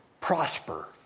prosper